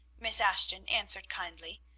miss ashton answered kindly.